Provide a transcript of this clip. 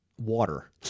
water